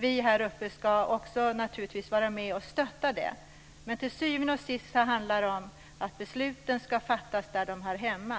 Vi här uppe ska naturligtvis vara med och stötta det, men till syvende och sist handlar det om att besluten ska fattas där de hör hemma.